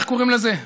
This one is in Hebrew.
איך קוראים לזה,